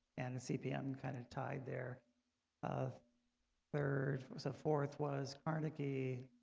and the cpm kind of tied there of third so forth was carnegie,